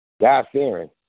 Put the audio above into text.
God-fearing